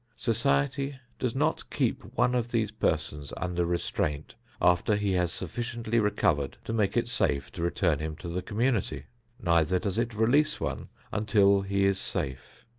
society does not keep one of these persons under restraint after he has sufficiently recovered to make it safe to return him to the community neither does it release one until he is safe.